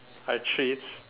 are treats